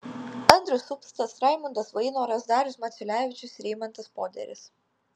andrius upstas raimundas vainoras darius maciulevičius ir eimantas poderis